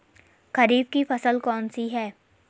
खरीफ की फसल कौन सी है?